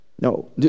No